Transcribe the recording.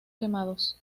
quemados